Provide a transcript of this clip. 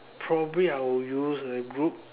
probably I'll use a group